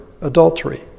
adultery